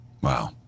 Wow